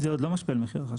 זה עוד לא משפיע על מחיר החשמל.